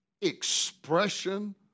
expression